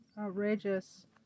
Outrageous